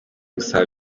gusaba